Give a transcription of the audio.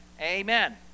Amen